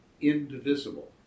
indivisible